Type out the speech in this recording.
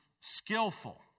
skillful